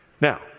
Now